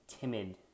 timid